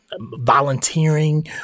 volunteering